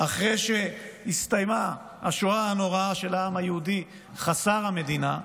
אחרי שהסתיימה השואה הנוראה של העם היהודי חסר המדינה,